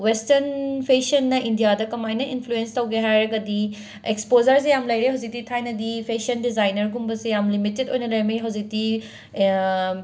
western ꯐꯦꯁꯟꯅ ꯏꯟꯗꯤꯌꯥꯗ ꯀꯃꯥꯏꯅ ꯏꯟꯐ꯭ꯂ꯭ꯌꯨꯟ꯭ꯁ ꯇꯧꯒꯦ ꯍꯥꯏꯔꯒꯗꯤ ꯑꯦꯛ꯭ꯁꯄꯣꯖꯔ ꯁꯦ ꯌꯥꯝꯅ ꯂꯩꯔꯦ ꯍꯧꯖꯤꯛꯇꯤ ꯊꯥꯏꯅꯗꯤ ꯐꯦꯁꯟ ꯗꯤꯖꯥꯏꯅꯔꯒꯨꯝꯕꯁꯦ ꯌꯥꯝꯅ ꯂꯤꯃꯤꯇꯦꯠ ꯑꯣꯏꯅ ꯂꯩꯔꯝꯃꯤ ꯍꯧꯖꯤꯛꯇꯤ